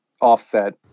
offset